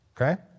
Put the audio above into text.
okay